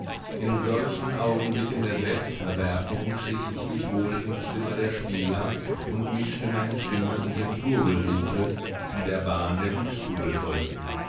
in solchen augenblicken der selbstverwerfung schlich ich mich wohl ins zimmer der spieler und mischte meine stimme unter die gurgelrufe die der bahn der glückskugel folgten